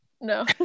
No